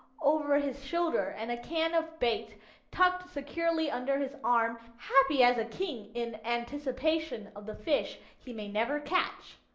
over his shoulder and a can of bait tucked securely under his arm, happy as a king in anticipation of the fish he may never catch.